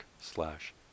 slash